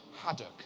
haddock